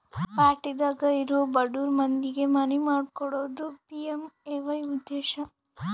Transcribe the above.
ಪ್ಯಾಟಿದಾಗ ಇರೊ ಬಡುರ್ ಮಂದಿಗೆ ಮನಿ ಮಾಡ್ಕೊಕೊಡೋದು ಪಿ.ಎಮ್.ಎ.ವೈ ಉದ್ದೇಶ